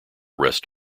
rest